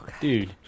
dude